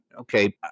Okay